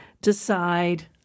decide